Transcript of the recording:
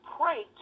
pray